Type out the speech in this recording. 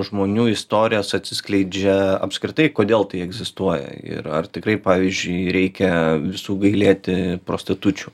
žmonių istorijos atsiskleidžia apskritai kodėl tai egzistuoja ir ar tikrai pavyzdžiui reikia visų gailėti prostitučių